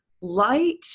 light